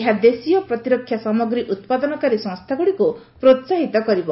ଏହା ଦେଶୀୟ ପ୍ରତିରକ୍ଷା ସାମଗ୍ରୀ ଉତ୍ପାଦନକାରୀ ସଂସ୍ଥାଗୁଡ଼ିକୁ ପ୍ରୋସାହିତ କରିବ